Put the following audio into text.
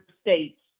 states